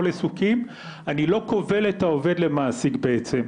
העיסוקים אני לא כובל את העובד למעסיק בעצם.